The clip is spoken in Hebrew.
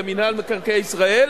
במינהל מקרקעי ישראל,